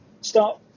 start